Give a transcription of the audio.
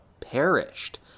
perished